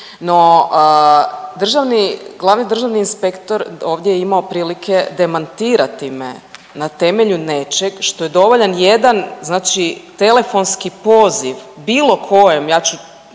glavni državni inspektor ovdje je imao prilike demantirati me na temelju nečeg što je dovoljan jedan znači telefonski poziv bilo kojem, ja ću